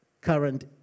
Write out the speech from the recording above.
current